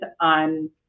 on